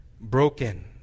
broken